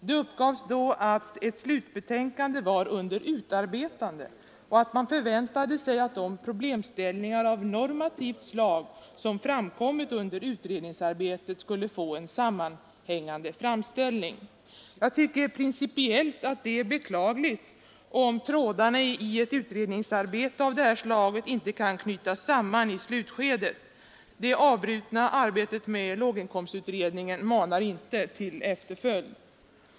Det uppgavs att ett slutbetänkande var under utarbetande och att man förväntade sig att de problemställningar av normativt slag som framkommit under utredningsarbetet skulle få en sammanhängande framställning. Jag tycker principiellt att det är beklagligt om trådarna i ett utredningsarbete av det här slaget inte kan knytas samman i slutskedet. Det avbrutna arbetet med låginkomstutredningen manar inte till efterföljd.